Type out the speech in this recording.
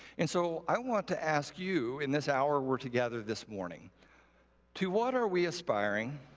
and so i want to ask you in this hour we're together this morning to what are we aspiring,